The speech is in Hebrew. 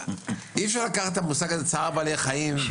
אי אפשר לקחת את המושג הזה צער בעלי חיים,